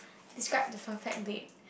describe the perfect date